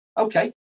Okay